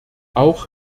auch